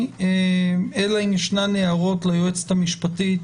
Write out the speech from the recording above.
אלא אם ישנן הערות ליועצת המשפטית,